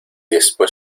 después